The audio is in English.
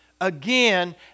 again